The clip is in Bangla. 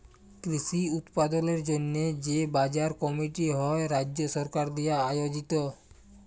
কৃষি উৎপাদলের জন্হে যে বাজার কমিটি হ্যয় রাজ্য সরকার দিয়া আয়জিত